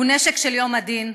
הוא נשק של יום הדין,